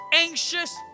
anxious